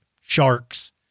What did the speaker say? sharks